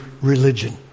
religion